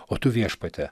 o tu viešpatie